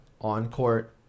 on-court